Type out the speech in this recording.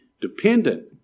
dependent